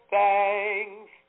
thanks